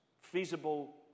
feasible